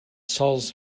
sòls